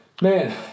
man